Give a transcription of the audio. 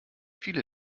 viele